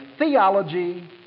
theology